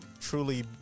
truly